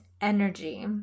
energy